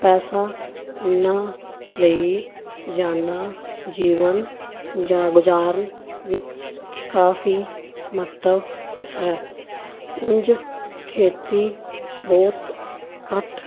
ਪੈਸਾ ਉਹਨਾਂ ਲਈ ਰੋਜ਼ਾਨਾ ਜੀਵਨ ਜਾਂ ਗੁਜ਼ਾਰਨ ਵਿੱਚ ਕਾਫੀ ਮਹੱਤਵ ਹੈ ਉਂਝ ਖੇਤੀ ਬਹੁਤ ਘੱਟ